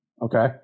Okay